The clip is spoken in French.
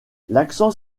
l’accent